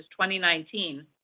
2019